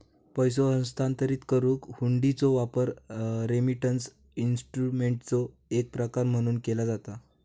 पैसो हस्तांतरित करुक हुंडीचो वापर रेमिटन्स इन्स्ट्रुमेंटचो एक प्रकार म्हणून केला जाता